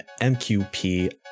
MQP